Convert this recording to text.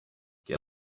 get